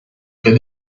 près